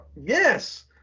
Yes